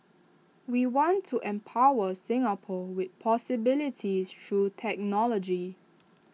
we want to empower Singapore with possibilities through technology